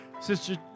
Sister